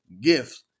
gifts